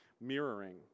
mirroring